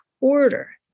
order